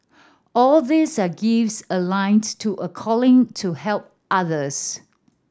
all these are gifts aligned to a calling to help others